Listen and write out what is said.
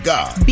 God